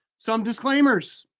some disclaimers.